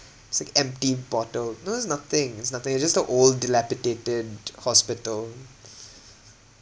it's like empty bottle no there's nothing it's nothing it's just a old dilapidated hospital